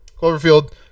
Cloverfield